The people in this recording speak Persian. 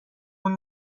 اون